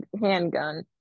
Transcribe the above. handgun